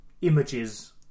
images